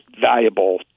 valuable